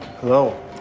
Hello